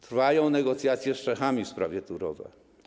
Trwają negocjacje z Czechami w sprawie Turowa.